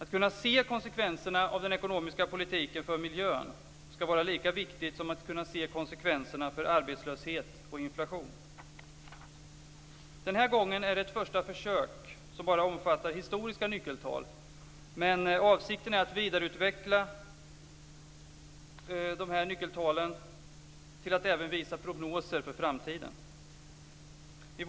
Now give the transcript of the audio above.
Att kunna se konsekvenserna av den ekonomiska politiken för miljön skall vara lika viktigt som att kunna se konsekvenserna för arbetslöshet och inflation. Den här gången är det ett första försök som bara omfattar historiska nyckeltal. Men avsikten är att vidareutveckla dessa nyckeltal till att även visa prognoser för framtiden.